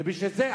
ובשביל זה,